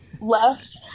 left